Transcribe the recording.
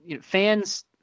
fans